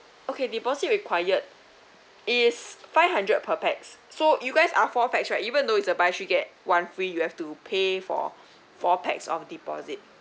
okay deposit required is five hundred per pax so you guys are four pax right even though it's the buy three get one free you have to pay for four pax of deposit